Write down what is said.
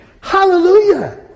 Hallelujah